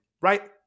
right